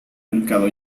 mercado